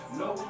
no